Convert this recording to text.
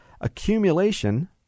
accumulation